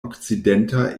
okcidenta